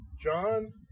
John